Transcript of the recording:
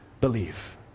believe